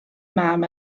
mam